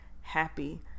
happy